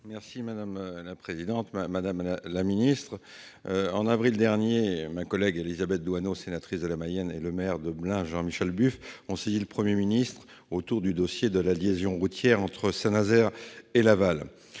chargée des transports. Madame la ministre, en avril dernier, ma collègue Élisabeth Doineau, sénatrice de la Mayenne, et le maire de Blain, Jean-Michel Buf, ont saisi le Premier ministre du dossier de la liaison routière entre Saint-Nazaire et Laval.